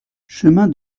chemin